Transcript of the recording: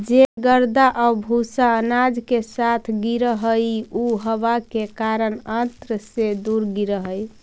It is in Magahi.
जे गर्दा आउ भूसा अनाज के साथ गिरऽ हइ उ हवा के कारण अन्न से दूर गिरऽ हइ